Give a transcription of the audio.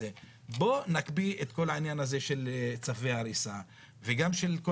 בוא נקפיא את כל העניין הזה של צווי הריסה וגם של כל